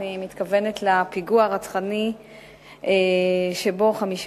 אני מתכוונת לפיגוע הרצחני שבו 15